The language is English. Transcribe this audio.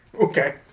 Okay